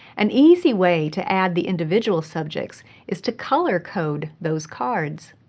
an easy way to add the individual subjects is to color code those cards.